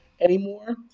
anymore